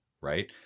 right